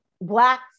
black